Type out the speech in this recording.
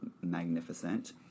magnificent